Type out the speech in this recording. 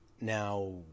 now